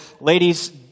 ladies